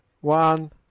One